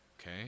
Okay